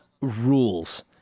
rules